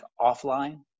offline